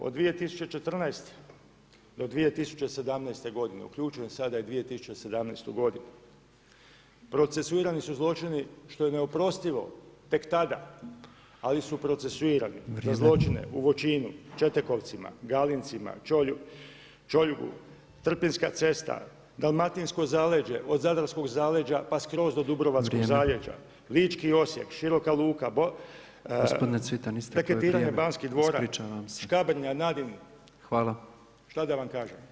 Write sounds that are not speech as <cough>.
Od 2014. do 2017. godine, uključujem sada i 2017. godinu, procesuirani su zločini što je neoprostivo, tek tada, ali su procesuirani za zločine [[Upadica Petrov: Vrijeme.]] u Voćinu, Ćetekovcima, Galincima, Čolju, Trpinjska cesta, dalmatinsko zaleđe, od zadarskog zaleđa pa skroz do dubrovačkog zaleđa [[Upadica Petrov: Vrijeme.]] Lički Osijek, Široka Luka, [[Upadica Petrov: Gospodine Cvitan, isteklo je vrijeme.]] raketiranje Banskih dvora, Škabrnja, ... <unintelligible> šta da vam kažem?